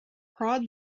prod